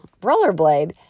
rollerblade